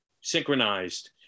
synchronized